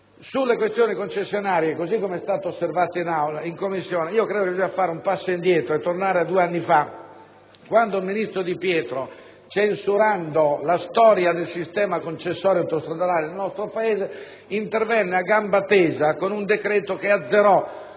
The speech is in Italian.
Sulla questione delle concessionarie, così com'è stato osservato in Commissione, credo che si debba fare un passo indietro e tornare a due anni fa, quando il ministro Di Pietro, censurando la storia del sistema concessorio autostradale nel nostro Paese, intervenne a gamba tesa con un decreto che azzerò